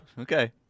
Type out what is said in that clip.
okay